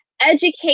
educate